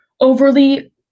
overly